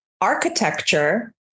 architecture